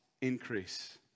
increase